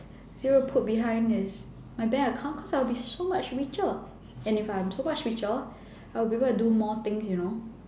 zero put behind is my bank account cause I'll be so much richer and if I'm so much richer I'll be able to do more things you know